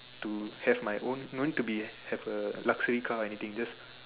to have my own no need to be have a luxury car or anything just